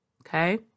Okay